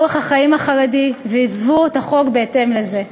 אורח החיים החרדי ועיצבו את החוק בהתאם לזה.